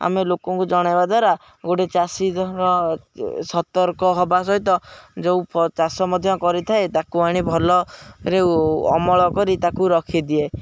ଆମେ ଲୋକଙ୍କୁ ଜଣେଇବା ଦ୍ୱାରା ଗୋଟେ ଚାଷୀ ସତର୍କ ହବା ସହିତ ଯେଉଁ ଚାଷ ମଧ୍ୟ କରିଥାଏ ତାକୁ ଆଣି ଭଲରେ ଅମଳ କରି ତାକୁ ରଖିଦିଏ